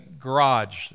garage